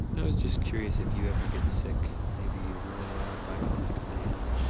and i was just curious if you ever get sick. maybe you really are bionic man.